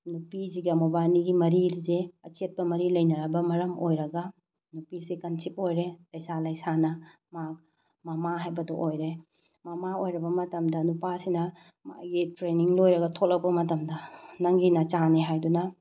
ꯅꯨꯄꯤꯁꯤꯒ ꯃꯕꯥꯟꯅꯤꯒꯤ ꯃꯔꯤꯁꯦ ꯑꯆꯦꯠꯄ ꯃꯔꯤ ꯂꯩꯅꯔꯕ ꯃꯔꯝ ꯑꯣꯏꯔꯒ ꯅꯨꯄꯤꯁꯦ ꯀꯟꯁꯤꯞ ꯑꯣꯏꯔꯦ ꯂꯩꯁꯥ ꯂꯩꯁꯥꯅ ꯃꯥ ꯃꯃꯥ ꯍꯥꯏꯕꯗꯨ ꯑꯣꯏꯔꯦ ꯃꯃꯥ ꯑꯣꯏꯔꯕ ꯃꯇꯝꯗ ꯅꯨꯄꯥꯁꯤꯅ ꯃꯥꯒꯤ ꯇ꯭ꯔꯦꯅꯤꯡ ꯂꯣꯏꯔꯒ ꯊꯣꯛꯂꯛꯄ ꯃꯇꯝꯗ ꯅꯪꯒꯤ ꯅꯆꯥꯅꯤ ꯍꯥꯏꯗꯨꯅ